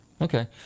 Okay